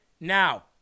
now